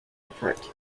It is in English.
effort